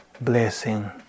blessing